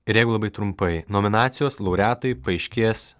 ir jeigu labai trumpai nominacijos laureatai paaiškės